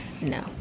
no